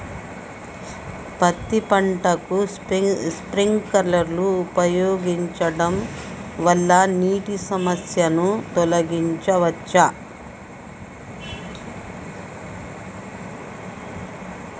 పత్తి పంటకు స్ప్రింక్లర్లు ఉపయోగించడం వల్ల నీటి సమస్యను తొలగించవచ్చా?